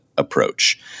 approach